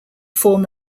form